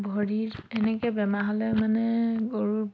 ভৰিৰ এনেকৈ বেমাৰ হ'লে মানে গৰুৰ